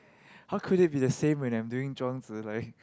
how could it be the same when I'm doing Zhuang-Zi